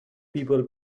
people